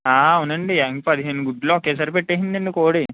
అవునండి అన్ని పదిహేను గుడ్లు ఒకేసారి పెట్టేసిందండి కోడి